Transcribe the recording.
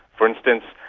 for instance,